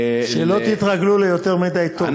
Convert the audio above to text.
שלא תתרגלו ליותר מדי טוב.